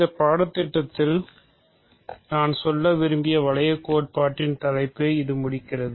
இந்த பாடத்திட்டத்தில் நான் சொல்ல விரும்பிய வளையக் கோட்பாட்டின் தலைப்பை இது முடிக்கிறது